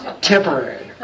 temporary